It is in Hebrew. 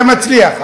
זה מצליח.